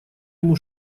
ему